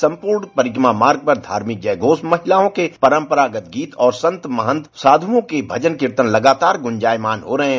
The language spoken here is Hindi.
सम्पूर्ण परिक्रमा मार्ग पर धार्मिक जयघोष महिलाओं के परम्परागत गीत और संत महंतों साध्रओं के भजन कीर्तन लगातार गुंजायमान हो रहे हैं